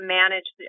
manage